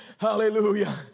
hallelujah